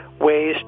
ways